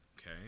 okay